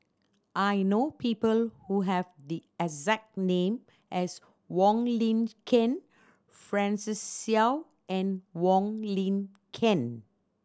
I know people who have the exact name as Wong Lin Ken Francis Seow and Wong Lin Ken